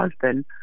husband